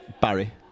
Barry